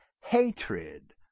hatred